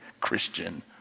Christian